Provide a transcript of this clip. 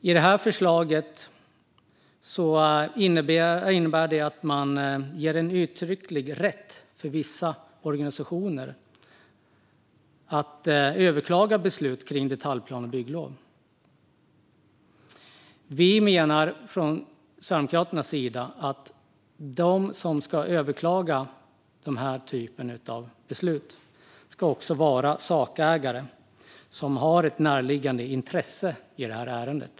I det här förslaget innebär det att man ger en uttrycklig rätt för vissa organisationer att överklaga beslut om detaljplan och bygglov. Sverigedemokraterna menar att de som ska överklaga den typen av beslut också ska vara sakägare med ett närliggande intresse i ärendet.